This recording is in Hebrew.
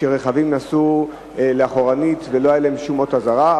כשרכבים נסעו אחורנית ולא היה להם שום אות אזהרה.